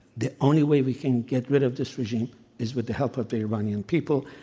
the only way we can get rid of this regime is with the help of the iranian people.